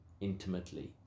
intimately